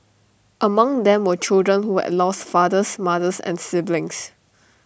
among them were children who had lost fathers mothers and siblings